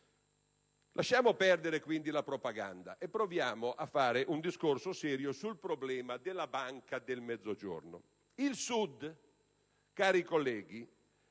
Lasciamo perdere quindi la propaganda e proviamo a fare un discorso serio sul problema della Banca del Mezzogiorno.